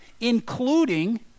including